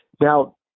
now